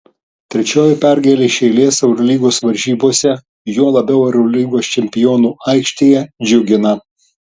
trečioji pergalė iš eilės eurolygos varžybose juo labiau eurolygos čempionų aikštėje džiugina